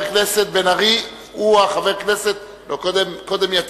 הצעת ועדת הכנסת להעביר את הצעת חוק העונשין